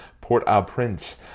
Port-au-Prince